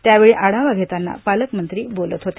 त्यावेळी आढावा घेताना पालकमंत्री बोलत होते